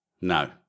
No